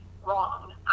wrong